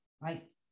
right